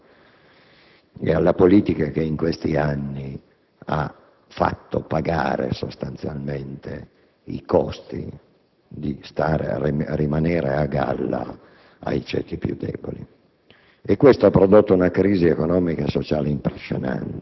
Questa manovra così pesante è dovuta, in particolare, alla situazione di crisi del Paese dal punto di vista economico, sociale e produttivo, ma, soprattutto, alla pesante eredità